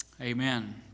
Amen